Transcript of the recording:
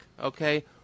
okay